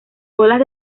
colas